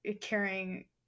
carrying